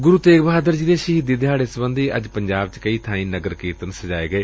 ਗੁਰੁ ਤੇਗ ਬਹਾਦਰ ਜੀ ਦੇ ਸ਼ਹੀਦੀ ਦਿਹਾੜੇ ਸਬੰਧੀ ਅੱਜ ਪੰਜਾਬ ਚ ਕਈ ਬਾਈ ਨਗਰ ਕੀਰਤਨ ਸਜਾਏ ਗਏ